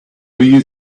you